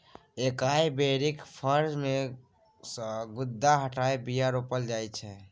एकाइ बेरीक फर मे सँ गुद्दा हटाए बीया रोपल जाइ छै